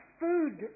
food